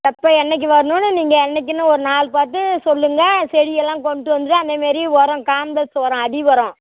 எப்போ என்றைக்கு வர்ணுன்னு நீங்கள் என்னைக்கின்னு ஒரு நாள் பார்த்து சொல்லுங்க செடியெல்லாம் கொண்டு வந்துட்டு அந்த மாரி உரம் காம்ப்ளக்ஸ் உரம் அடி உரம்